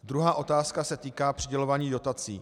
Druhá otázka se týká přidělování dotací.